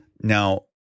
Now